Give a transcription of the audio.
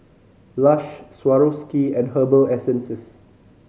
Lush Swarovski and Herbal Essences